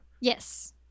Yes